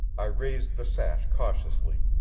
i raised the sash cautiously,